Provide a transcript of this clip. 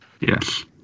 yes